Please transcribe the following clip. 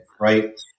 right